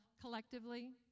collectively